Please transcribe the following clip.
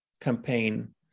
campaign